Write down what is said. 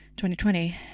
2020